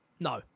No